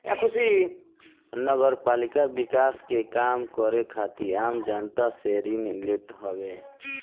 नगरपालिका विकास के काम करे खातिर आम जनता से ऋण लेत हवे